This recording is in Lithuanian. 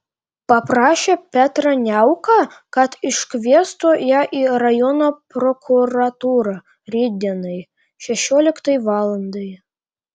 paprašė petrą niauką kad iškviestų ją į rajono prokuratūrą rytdienai šešioliktai valandai